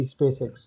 SpaceX